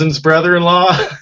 brother-in-law